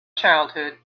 childhood